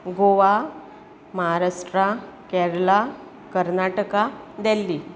Goa Maharashtra Kerala Karnataka Delhi